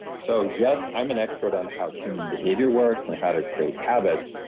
so yes, i'm an expert on how human behavior works and how to create habits,